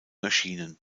erschienen